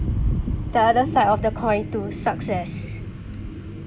the other side of the coin to success